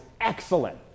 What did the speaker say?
excellent